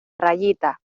rayita